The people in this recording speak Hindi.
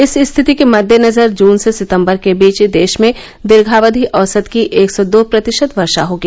इस स्थिति के मदेनजर जून से सितम्बर के बीच देश में दीर्घावधि औसत की एक सौ दो प्रतिशत वर्षा होगी